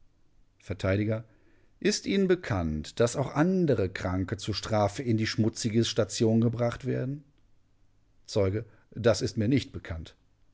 vert ist ihnen bekannt daß auch andere kranke zur strafe in die schmutzige station gebracht werden zeuge das ist mir nicht bekannt